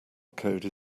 code